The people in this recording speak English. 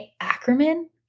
Ackerman